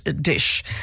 dish